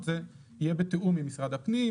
זה לא נכלל בעניין הזה.